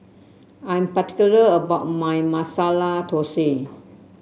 I'm particular about my Masala Thosai